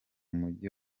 mujyi